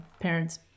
parents